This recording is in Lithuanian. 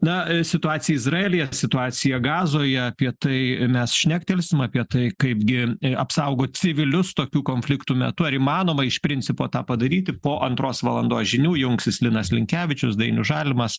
na situacija izraelyje situacija gazoje apie tai mes šnektelsim apie tai kaipgi apsaugot civilius tokių konfliktų metu ar įmanoma iš principo tą padaryti po antros valandos žinių jungsis linas linkevičius dainius žalimas